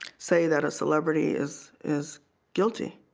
say that a celebrity is is guilty